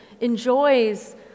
enjoys